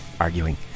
Arguing